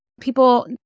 people